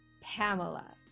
Pamela